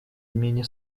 имени